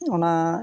ᱚᱱᱟ